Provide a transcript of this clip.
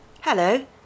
Hello